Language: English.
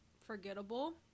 forgettable